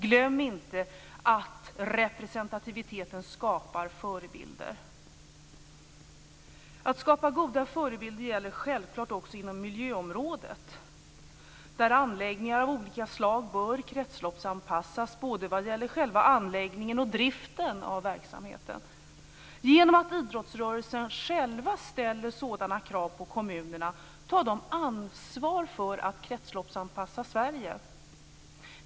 Glöm inte att representativiteten skapar förebilder. Att skapa goda förebilder gäller självklart också inom miljöområdet. Anläggningar av olika slag bör kretsloppsanpassas både vad gäller själva anläggningen och driften av verksamheten. Genom att idrottsrörelsen själv ställer sådana krav på kommunerna tar den ansvar för att kretsloppsanpassa Sverige.